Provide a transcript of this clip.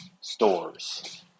stores